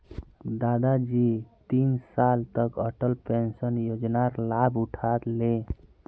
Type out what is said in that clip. दादाजी तीन साल तक अटल पेंशन योजनार लाभ उठा ले